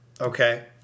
Okay